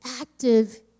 active